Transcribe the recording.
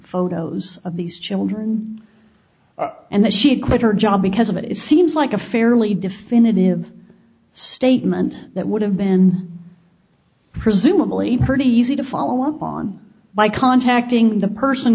photos of these children and that she had quit her job because of it it seems like a fairly definitive statement that would have been presumably pretty easy to follow up on by contacting the person